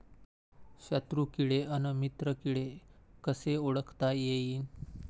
शत्रु किडे अन मित्र किडे कसे ओळखता येईन?